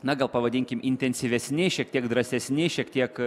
na gal pavadinkim intensyvesni šiek tiek drąsesni šiek tiek